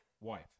Wife